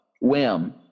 whim